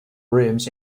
rooms